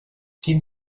quin